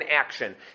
action